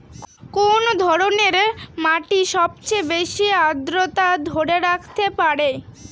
কোন ধরনের মাটি সবচেয়ে বেশি আর্দ্রতা ধরে রাখতে পারে?